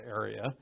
area